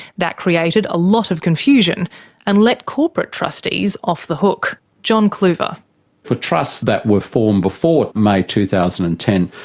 that created a lot of confusion and let corporate trustees off the hook. john kluver for trusts that were formed before may two thousand and ten,